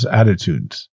attitudes